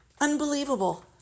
Unbelievable